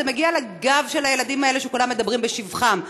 זה מגיע על הגב של הילדים האלה שכולם מדברים בשבחם.